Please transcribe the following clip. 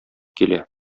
килә